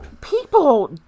people